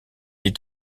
est